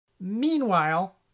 Meanwhile